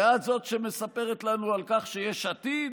ועד זאת שמספרת לנו על כך שיש עתיד,